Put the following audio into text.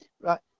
right